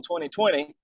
2020